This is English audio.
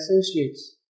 associates